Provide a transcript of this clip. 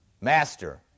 Master